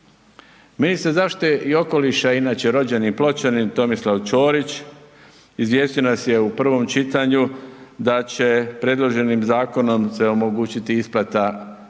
Ministar zaštite i okoliša inače rođeni Pločanin, Tomislav Ćorić izvijestio nas je u prvom čitanju da će predloženim zakonom se omogućiti isplata obeštećenja